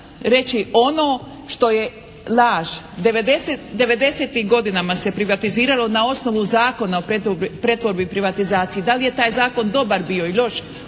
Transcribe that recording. reći ono što je laž. '90.-tim godinama se privatiziralo na osnovu Zakona o pretvorbi i privatizaciji. Da li je taj zakon dobar bio ili loš,